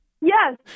Yes